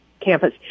campus